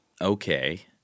Okay